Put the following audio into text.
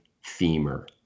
femur